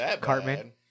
cartman